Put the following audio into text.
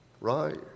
right